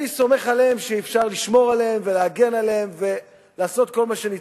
אני סומך עליהם שאפשר לשמור עליהם ולהגן עליהם ולעשות כל מה שאפשר.